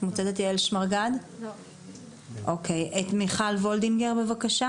כך מבינה איך זה הולך לקרות מחר בבוקר.